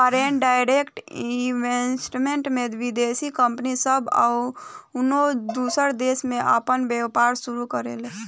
foreign direct investment में विदेशी company सब कउनो दूसर देश में आपन व्यापार शुरू करेले